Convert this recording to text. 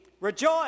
rejoice